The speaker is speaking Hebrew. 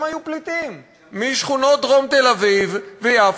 הם היו פליטים משכונות דרום תל-אביב וביפו,